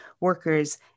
workers